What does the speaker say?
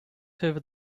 hoovered